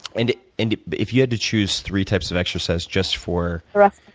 and and if you had to choose three type of exercises just for the rest